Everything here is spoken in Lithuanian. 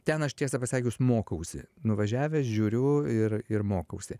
ten aš tiesą pasakius mokausi nuvažiavęs žiūriu ir ir mokausi